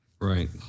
Right